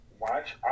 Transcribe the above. watch